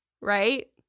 right